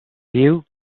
you